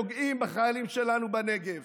תגנה כשפוגעים בחיילים שלנו בנגב.